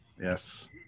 Yes